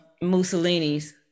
Mussolini's